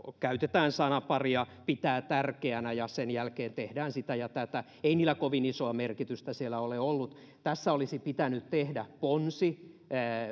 käytetään sanaparia pitää tärkeänä ja sen jälkeen tehdään sitä ja tätä ei niillä kovin isoa merkitystä siellä ole ollut tässä olisi pitänyt tehdä ponsi